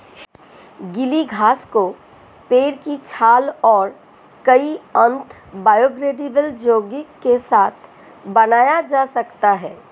गीली घास को पेड़ की छाल और कई अन्य बायोडिग्रेडेबल यौगिक के साथ बनाया जा सकता है